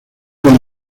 moved